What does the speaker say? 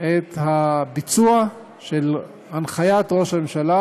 את הביצוע של הנחיית ראש הממשלה: